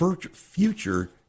future